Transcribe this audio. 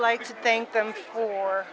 like to think them or